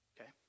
okay